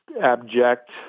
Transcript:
abject